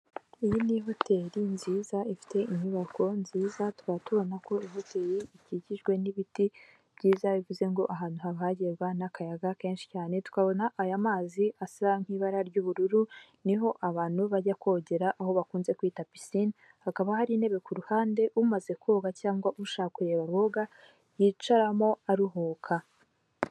Iyi ni i hoteli nziza ifite inyubako nziza, tukaba tubona ko ihoteli ikikijwe n'ibiti byiza bivuze ngo ahantu haba hagerwa n'akayaga kenshi cyane tukabona aya mazi asa nk'ibara ry'ubururu niho abantu bajya kogera aho bakunze kwita muri pisine, hakaba hari intebe kuruhande umaze koga cyangwa ushaka kureba aboga yicaramo aruhuka.